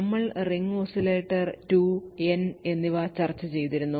നമ്മൾ ring oscillator 2 N എന്നിവ ചർച്ച ചെയ്തിരുന്നു